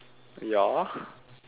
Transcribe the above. ya